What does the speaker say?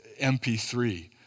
MP3